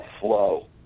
flow